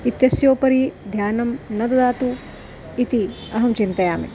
इत्यस्योपरि ध्यानं न ददातु इति अहं चिन्तयामि